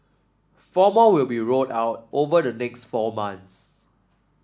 four more will be rolled out over the next four months